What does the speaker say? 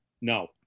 No